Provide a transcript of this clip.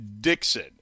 Dixon